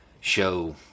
show